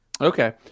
okay